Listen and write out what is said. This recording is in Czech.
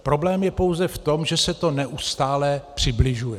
Problém je pouze v tom, že se to neustále přibližuje.